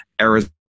Arizona